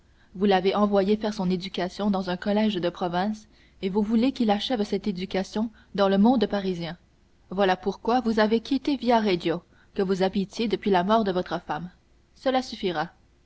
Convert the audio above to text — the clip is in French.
vous l'avez envoyé faire son éducation dans un collège de province et vous voulez qu'il achève cette éducation dans le monde parisien voilà pourquoi vous avez quitté via reggio que vous habitiez depuis la mort de votre femme cela suffira